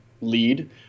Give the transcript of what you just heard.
lead